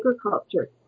agriculture